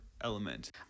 Element